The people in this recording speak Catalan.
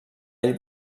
ell